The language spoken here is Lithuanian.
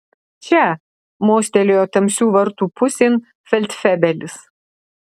čia mostelėjo tamsių vartų pusėn feldfebelis